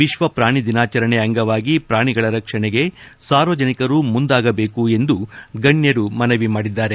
ವಿಶ್ವ ಪ್ರಾಣಿ ದಿನಾಚರಣೆ ಅಂಗವಾಗಿ ಪ್ರಾಣಿಗಳ ರಕ್ಷಣೆಗೆ ಸಾರ್ವಜನಿಕರು ಮುಂದಾಗಬೇಕು ಎಂದು ಗಣ್ಣರು ಮನವಿ ಮಾಡಿದ್ದಾರೆ